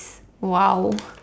!wow!